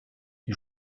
die